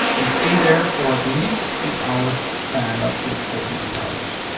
they stay there for at least eight hours and up to forty eight hours.